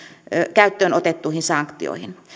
käyttöön otettuihin sanktioihin